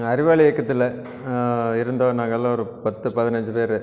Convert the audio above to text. அறிவொளி இயக்கத்தில் இருந்தோம் நாங்கள் எல்லாம் ஒரு பத்து பதினைஞ்சி பேர்